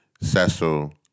Cecil